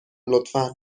لطفا